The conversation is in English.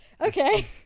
Okay